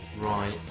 Right